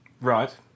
Right